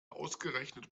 ausgerechnet